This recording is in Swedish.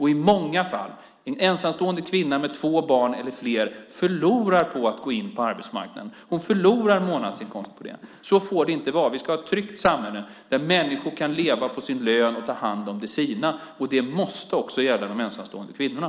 I många fall förlorar en ensamstående kvinna med två barn eller fler på att gå in på arbetsmarknaden. Hon förlorar månadsinkomst på det. Så får det inte vara. Vi ska ha ett tryggt samhälle där människor kan leva på sin lön och ta hand om de sina. Det måste också gälla de ensamstående kvinnorna.